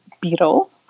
beetle